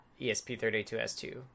ESP32S2